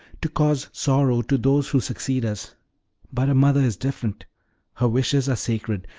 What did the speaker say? to cause sorrow to those who succeed us but a mother is different her wishes are sacred,